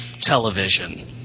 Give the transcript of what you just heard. television